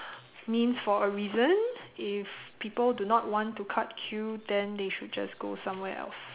means for a reason if people do not want to cut queue then they should just go somewhere else